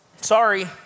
Sorry